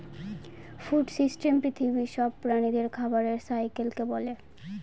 food system পৃথিবীর সব প্রাণীদের খাবারের সাইকেলকে বলে